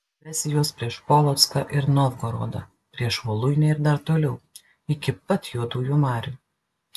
vesi juos prieš polocką ir novgorodą prieš voluinę ir dar toliau iki pat juodųjų marių